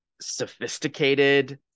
sophisticated